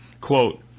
Quote